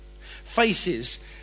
Faces